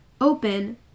open